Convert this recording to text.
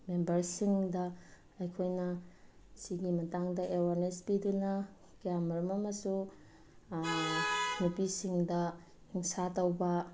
ꯃꯦꯝꯕꯔꯁꯤꯡꯗ ꯑꯩꯈꯣꯏꯅ ꯁꯤꯒꯤ ꯃꯇꯥꯡꯗ ꯑꯦꯋꯥꯔꯅꯦꯁ ꯄꯤꯗꯨꯅ ꯀꯌꯥꯃꯔꯣꯝ ꯑꯃꯁꯨ ꯅꯨꯄꯤꯁꯤꯡꯗ ꯍꯤꯡꯁꯥ ꯇꯧꯕ